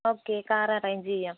okay car arrange ചെയ്യാം